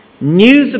news